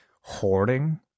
hoarding